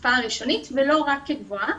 התקופה הראשונית, ולא רק כגבוהה.